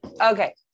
Okay